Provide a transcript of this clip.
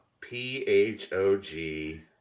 P-H-O-G